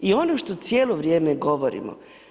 I ono što cijelo vrijeme govorimo.